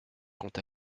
quant